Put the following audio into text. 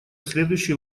следующий